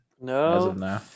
no